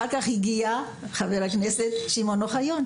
אחר כך הגיע חבר הכנסת שמעון אוחיון.